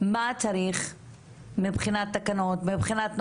מה צריך מבחינת תקנות ומבחינת נוהלים,